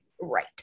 Right